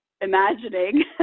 imagining